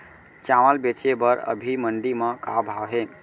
चांवल बेचे बर अभी मंडी म का भाव हे?